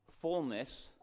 fullness